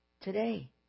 today